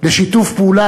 של שיתוף פעולה,